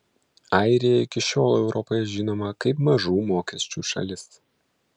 airija iki šiol europoje žinoma kaip mažų mokesčių šalis